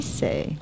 say